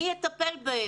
מי יטפל בהם?